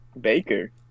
Baker